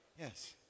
Yes